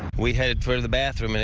we headed for the bathroom. and